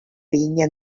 vinya